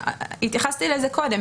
התייחסתי לזה קודם.